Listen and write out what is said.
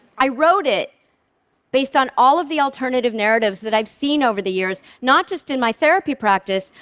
i wrote it based on all of the alternative narratives that i've seen over the years, not just in my therapy practice,